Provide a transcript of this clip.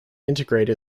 integrate